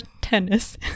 tennis